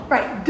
Right